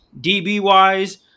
DB-wise